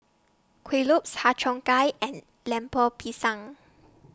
Kueh Lopes Har Cheong Gai and Lemper Pisang